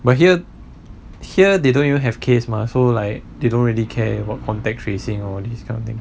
but here here they don't even have case mah so like they don't really care what contact tracing all these kind of thing